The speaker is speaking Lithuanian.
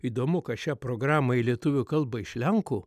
įdomu kad šią programą į lietuvių kalbą iš lenkų